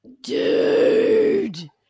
dude